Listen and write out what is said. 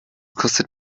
kostet